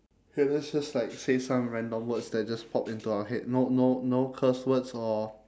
okay let's just like say some random words that just pop into our head no no no curse words or